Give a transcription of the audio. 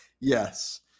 Yes